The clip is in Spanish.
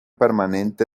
permanente